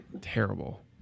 terrible